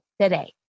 today